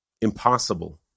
impossible